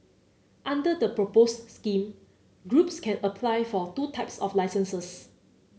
under the proposed scheme groups can apply for two types of licences